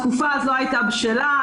התקופה הזאת הייתה בשלה,